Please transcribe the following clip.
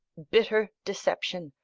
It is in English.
bitter deception!